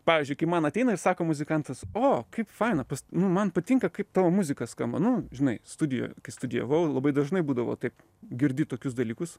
pavyzdžiui kai man ateina ir sako muzikantas o kaip faina nu man patinka kaip tavo muzika skamba nu žinai studijoj kai studijavau labai dažnai būdavo taip girdi tokius dalykus